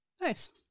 Nice